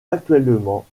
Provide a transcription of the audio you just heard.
actuellement